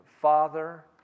Father